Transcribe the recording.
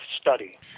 study